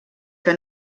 que